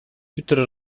jutro